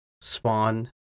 Spawn